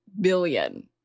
billion